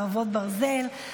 חרבות ברזל),